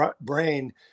brain